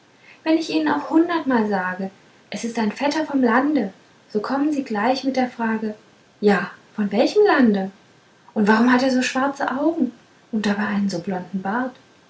wenn ich ihnen auch hundertmal sage es ist ein vetter vom lande so kommen sie gleich mit der frage ja von welchem lande und warum hat er so schwarze augen und dabei einen so blonden bart